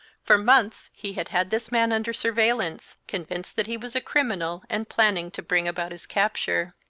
for months he had had this man under surveillance, convinced that he was a criminal and planning to bring about his capture.